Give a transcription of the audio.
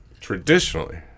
traditionally